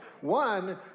One